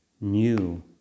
new